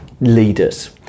leaders